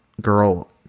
girl